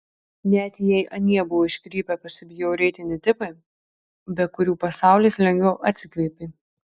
net jei anie buvo iškrypę pasibjaurėtini tipai be kurių pasaulis lengviau atsikvėpė